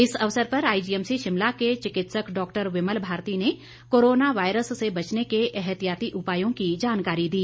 इस अवसर पर आईजीएमसी शिमला के चिकित्सक डॉक्टर विमल भारती ने कोरोना वायरस से बचने के एहतियाती उपायों की जानकारी दी